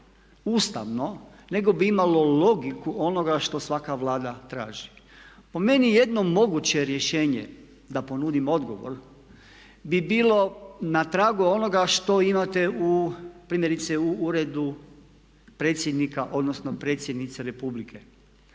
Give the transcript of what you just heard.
ustavno nego bi imalo logiku onoga što svaka Vlada traži. Po meni jedno moguće rješenje, da ponudim odgovor, bi bilo na tragu onoga što imate, primjerice u Uredu Predsjednice Republike.